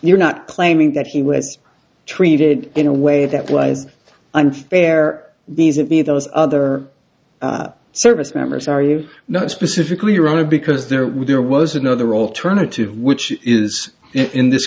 you're not claiming that he was treated in a way that lies unfair these it be those other service members are you not specifically around to because there were there was another alternative which is in this